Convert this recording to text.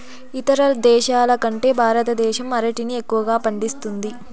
ఇతర దేశాల కంటే భారతదేశం అరటిని ఎక్కువగా పండిస్తుంది